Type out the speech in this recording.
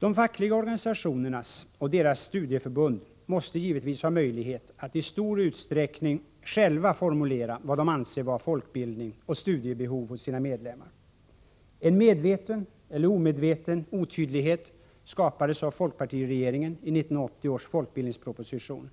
De fackliga organisationerna och deras studieförbund måste givetvis ha möjlighet att i stor utsträckning själva formulera vad de anser vara folkbildning och studiebehov hos sina medlemmar. En medveten eller omedveten otydlighet skapades av folkpartiregeringen i 1980 års folkbildningsproposition